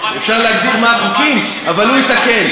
אבל מי, אפשר להגיד מה החוקים, אבל הוא יתקן.